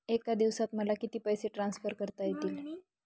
एका दिवसात मला किती पैसे ट्रान्सफर करता येतील?